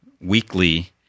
weekly